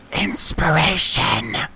inspiration